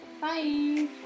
Bye